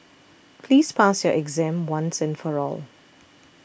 please pass your exam once and for all